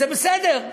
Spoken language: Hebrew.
וזה בסדר.